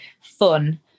fun